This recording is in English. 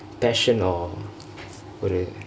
passion or ஒறு:oru